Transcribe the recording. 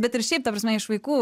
bet ir šiaip ta prasme iš vaikų